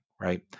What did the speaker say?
right